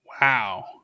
Wow